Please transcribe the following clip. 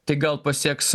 tai gal pasieks